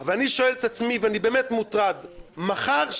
אבל אני שואל את עצמי ואני באמת מוטרד: מחר,